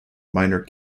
minor